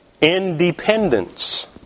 independence